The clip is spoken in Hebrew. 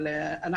אנחנו